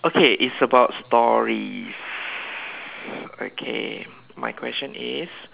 okay it's about stories okay my question is